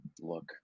look